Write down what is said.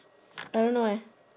I don't know leh